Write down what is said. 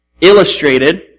illustrated